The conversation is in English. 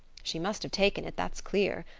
she must have taken it, that's clear,